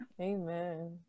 Amen